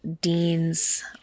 Dean's